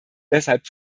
deshalb